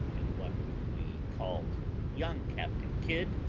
and one whom we called young captain kidd,